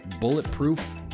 bulletproof